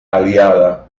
aliada